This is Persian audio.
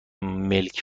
ملک